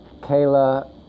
Kayla